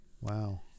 Wow